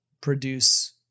produce